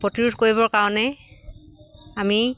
প্ৰতিৰােধ কৰিবৰ কাৰণে আমি